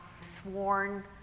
sworn